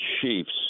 Chiefs